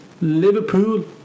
Liverpool